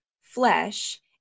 flesh